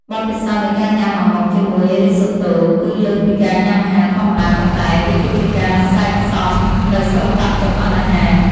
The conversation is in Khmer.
បទពិសោធន៍នៃការញ៉ាំអាម៉ុកជាមួយរីសូតូគឺលើសពីការញ៉ាំអាហារធម្មតាប៉ុន្តែវាគឺជាការសេពស៊ប់នូវសិល្បៈចម្អិនអាហារ។